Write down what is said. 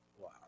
Wow